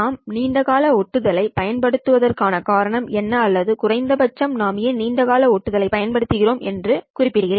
நாம் நீண்ட கால ஒட்டுதல் ஐ பயன்படுத்துவதற்கான காரணம் என்ன அல்லது குறைந்த பட்சம் நாம் ஏன் நீண்ட கால ஒட்டுதலை பயன்படுத்துகிறோம் என்று குறிப்பிடுகிறேன்